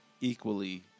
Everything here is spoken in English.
equally